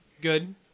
Good